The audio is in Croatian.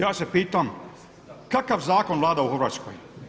Ja se pitam kakav zakon vlada u Hrvatskoj.